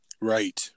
right